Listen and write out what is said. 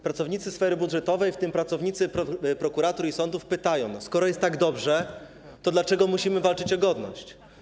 Pracownicy sfery budżetowej, w tym pracownicy prokuratur i sądów, pytają: Skoro jest tak dobrze, to dlaczego musimy walczyć o godność?